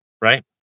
Right